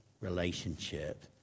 relationship